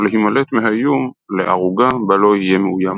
להימלט מהאיום לערוגה בה לא יהיה מאוים.